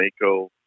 Mako